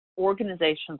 organizations